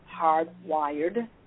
hardwired